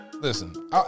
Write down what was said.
listen